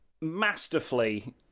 masterfully